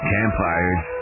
Campfires